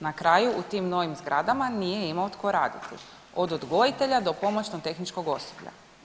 Na kraju u tim novim zgradama nije imao tko raditi od odgojitelja do pomoćno-tehničkog osoblja.